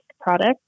product